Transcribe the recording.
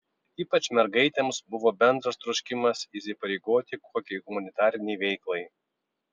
ypač mergaitėms buvo bendras troškimas įsipareigoti kokiai humanitarinei veiklai